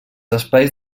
espais